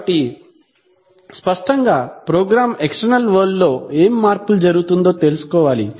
కాబట్టి స్పష్టంగా program external world లో ఏమి మార్పులు జరుగుతుందో తెలుసుకోవాలి